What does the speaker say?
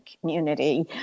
community